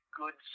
good